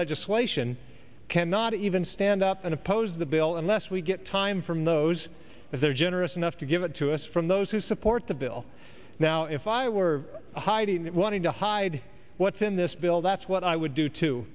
legislation cannot even stand up and oppose the bill unless we get time from those there are generous enough to give it to us from those who support the bill now if i were hiding that want to hide what's in this bill that's what i would do to